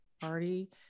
party